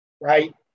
right